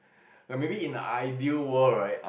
like maybe in the ideal world right